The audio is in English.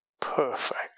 Perfect